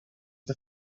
the